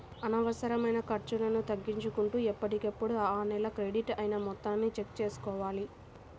అనవసరమైన ఖర్చులను తగ్గించుకుంటూ ఎప్పటికప్పుడు ఆ నెల క్రెడిట్ అయిన మొత్తాలను చెక్ చేసుకోవాలి